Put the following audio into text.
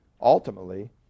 ultimately